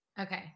Okay